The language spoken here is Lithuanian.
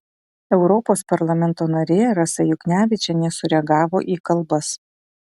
europos parlamento narė rasa juknevičienė sureagavo į kalbas